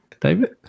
David